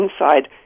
inside